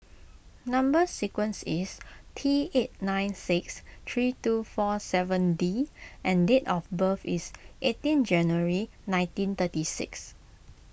Number Sequence is T eight nine six three two four seven D and date of birth is eighteen January nineteen thirty six